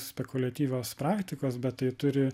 spekuliatyvios praktikos bet tai turi